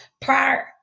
prior